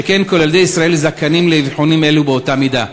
שכן כל ילדי ישראל זכאים לאבחונים אלה באותה מידה.